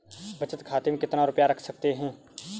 बचत खाते में कितना रुपया रख सकते हैं?